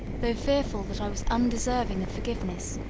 though fearful that i was undeserving of forgiveness,